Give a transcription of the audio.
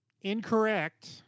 Incorrect